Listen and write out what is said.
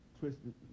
Twisted